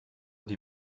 die